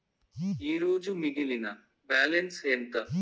ఈరోజు మిగిలిన బ్యాలెన్స్ ఎంత?